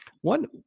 One